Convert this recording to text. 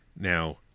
Now